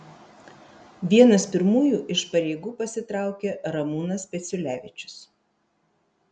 vienas pirmųjų iš pareigų pasitraukė ramūnas peciulevičius